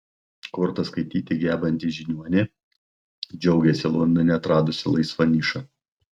kortas skaityti gebanti žiniuonė džiaugiasi londone atradusi laisvą nišą